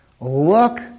Look